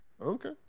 Okay